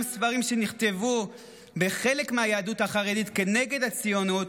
ספרים שנכתבו בחלק מהיהדות החרדית כנגד הציונות,